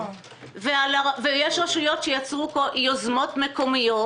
יש רשויות שיצרו יוזמות מקומיות,